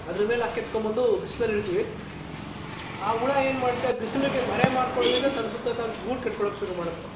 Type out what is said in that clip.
ಅದರ ಮೇಲೆ ಹಾಕಿ ಎತ್ಕೊಂಡು ಬಂದು ಬಿಸ್ಲಲ್ಲಿ ಇಡ್ತೀವಿ ಆ ಹುಳ ಏನ್ಮಾಡುತ್ತೆ ಬಿಸಿಲಿಗೆ ಮರೆ ಮಾಡ್ಕೊಳ್ಳೋದಕ್ಕೆ ತನ್ನ ಸುತ್ತ ತಾನು ಗೂಡು ಕಟ್ಕೊಳ್ಳೋಕೆ ಶುರು ಮಾಡುತ್ತೆ